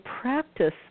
practice